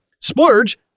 Splurge